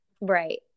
right